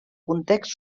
context